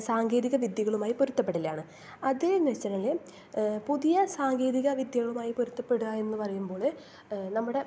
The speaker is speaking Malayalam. സാങ്കേതിക വിദ്യകളുമായി പൊരുത്തപ്പെടലാണ് അത് എന്ന് വെച്ചിട്ടുണ്ടെങ്കില് പുതിയ സാങ്കേതിക വിദ്യകളുമായി പൊരുത്തപ്പെടുക എന്ന് പറയുമ്പോള് നമ്മുടെ